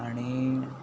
आनी